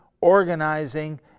organizing